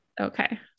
Okay